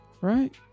right